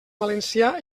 valencià